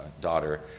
daughter